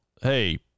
hey